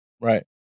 Right